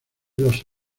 los